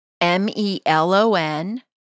M-E-L-O-N